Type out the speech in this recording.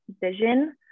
vision